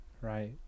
right